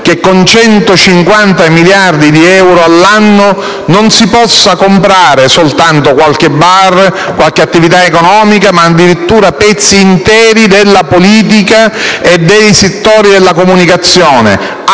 che con 150 miliardi di euro all'anno si possa comprare non soltanto qualche bar o qualche attività economica, ma addirittura pezzi interi della politica e dei settori della comunicazione.